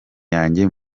yanjye